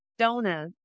Donut